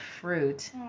fruit